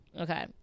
Okay